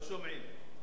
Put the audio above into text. לא שומעים.